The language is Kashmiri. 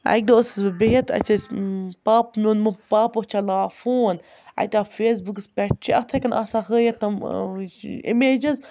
اَکہِ دۄہ ٲسٕس بہٕ بِہِتھ أسۍ ٲسۍ پاپہٕ میون پاپہٕ اوس چَلاوان فون اَتہِ آو فیسبُکَس پٮ۪ٹھ چھِ اَتھَے کٔنۍ آسان ہٲیِتھ تٕم اِمیجِز